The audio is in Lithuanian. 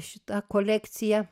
šita kolekcija